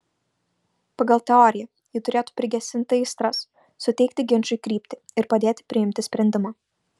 pagal teoriją ji turėtų prigesinti aistras suteikti ginčui kryptį ir padėti priimti sprendimą